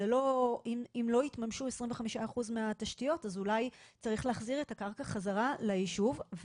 אם לא יתממשו 25% מהתשתיות אז אולי צריך להחזיר את הקרקע חזרה ליישוב,